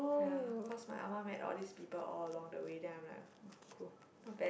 ya cause my ah ma met all these people all along the way then I'm like oh cool not bad